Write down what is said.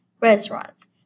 restaurants